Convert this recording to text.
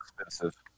expensive